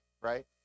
right